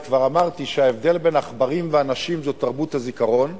וכבר אמרתי שההבדל בין עכברים ואנשים הוא תרבות הזיכרון,